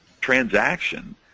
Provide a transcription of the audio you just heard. transaction